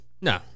no